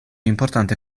importante